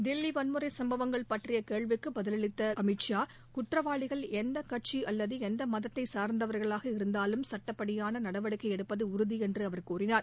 தில்லி வன்முறை சம்பவங்கள் பற்றிய கேள்விக்கு பதிலளித்த அவர் குற்றவாளிகள் எந்த கட்சி அல்லது எந்த மதத்தை சார்ந்தவர்களாக இருந்தாலும் சட்டப்படியான நடவடிக்கை எடுப்பது உறுதி என்று அவர் கூறினார்